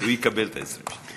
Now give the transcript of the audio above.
הוא יקבל את 20 השניות.